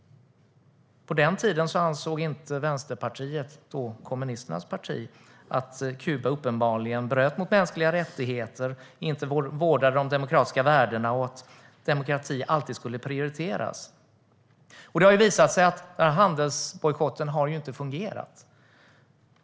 På den tiden ansåg Vänsterpartiet, då kommunisternas parti, uppenbarligen inte att Kuba bröt mot mänskliga rättigheter, inte vårdade de demokratiska värdena eller att demokrati alltid skulle prioriteras. Det har visat sig att handelsbojkotten inte har fungerat.